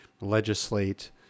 legislate